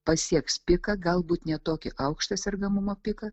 pasieks piką galbūt ne tokį aukštą sergamumo piką